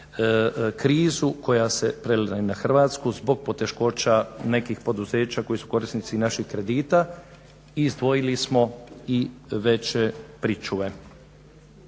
krizu koja se prelila i na Hrvatsku zbog poteškoća nekih poduzeća koji su korisnici i naših kredita, izdvojili smo i veće pričuve.